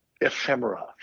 ephemera